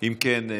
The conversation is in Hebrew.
אם כן,